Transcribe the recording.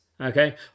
Okay